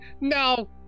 no